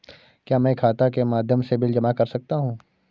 क्या मैं खाता के माध्यम से बिल जमा कर सकता हूँ?